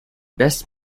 best